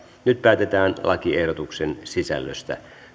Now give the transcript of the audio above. nyt päätetään lakiehdotuksen sisällöstä